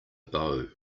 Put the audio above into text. bow